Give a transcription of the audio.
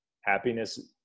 Happiness